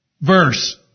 verse